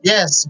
Yes